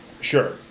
Sure